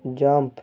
jump